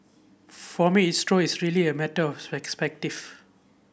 for me it's really a matter of